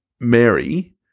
Mary